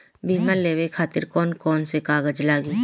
बीमा लेवे खातिर कौन कौन से कागज लगी?